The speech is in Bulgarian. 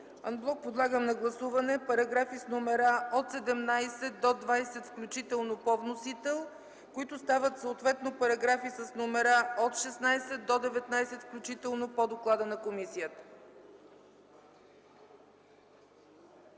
Ан блок подлагам на гласуване параграфи с номера от 78 до 80 по вносител, които стават съответно параграфи с номера от 71 до 73 по доклада на комисията.